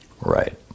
Right